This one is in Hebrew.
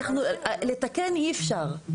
לתקן אי אפשר.